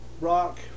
rock